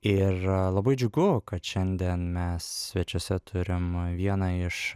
ir labai džiugu kad šiandien mes svečiuose turim vieną iš